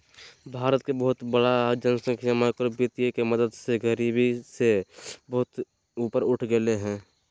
भारत के बहुत बड़ा जनसँख्या माइक्रो वितीय के मदद से गरिबी से बहुत ऊपर उठ गेलय हें